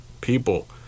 People